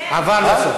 עבר לסוף.